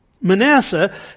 Manasseh